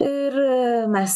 ir mes